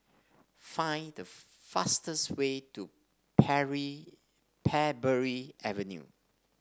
find the fastest way to Pary Parbury Avenue